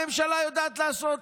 הממשלה יודעת לעשות